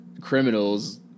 criminals